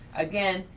again,